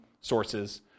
sources